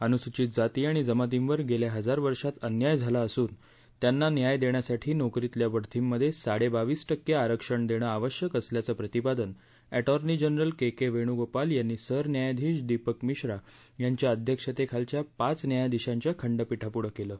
अनुसूचित जाती आणि जमातींवर गस्खा हजार वर्षांत अन्याय झाला असून त्यांना न्याय दष्ट्रासाठी नोकरीतल्या बढतींमध्यस्तिड्यावीस टक्क आरक्षण दक्षिआवश्यक असल्याचं प्रतिपादन अर्ट्री जनरल करिवेध्यिोपाल यांनी सरन्यायाधीश दीपक मिश्रा यांच्या अध्यक्षतखलच्या पाच न्यायाधीशंच्या खंडपीठापुढं कलि